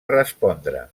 respondre